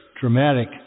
dramatic